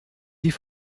die